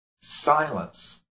Silence